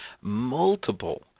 multiple